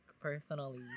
personally